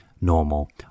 normal